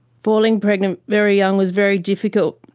falling pregnant very young was very difficult.